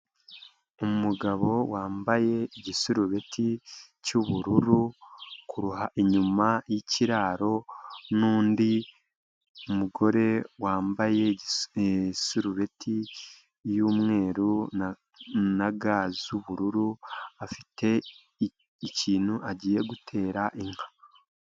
Umugabo wambaye igisirubiti cy'ubururu, inyuma yikiraro n'undi mugore wambaye isurubeti y'umweru na ga z'ubururu, afite ikintu agiye gutera inka.